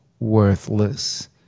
worthless